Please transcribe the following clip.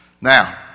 Now